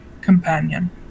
companion